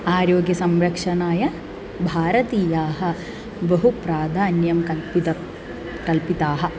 आरोग्यसंरक्षनाय भारतीयाः बहु प्राधान्यं कल्पितं कल्पिताः